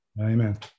Amen